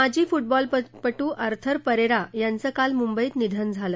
माजी फुटबॉलपट्र आर्थर परेरा यांचं काल मुंबईत निधन झालं